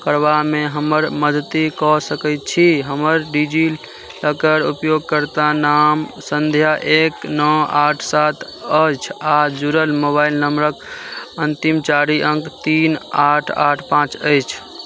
करबामे हमर मदति कऽ सकै छी हमर डिजिलॉकर उपयोगकर्ता नाम सन्ध्या एक नओ आठ सात अछि आओर जुड़ल मोबाइल नम्बरके अन्तिम चारि अङ्क तीन आठ आठ पाँच अछि